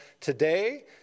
Today